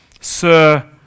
Sir